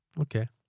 Okay